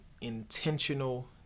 intentional